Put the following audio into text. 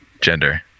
gender